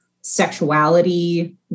sexuality